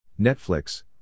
Netflix